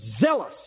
zealous